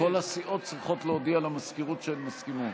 כל הסיעות צריכות להודיע למזכירות שהן מסכימות.